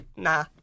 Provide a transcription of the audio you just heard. Nah